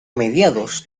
mediados